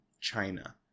China